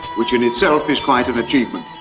which in itself is quite an achievement.